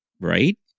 right